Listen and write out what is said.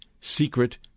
secret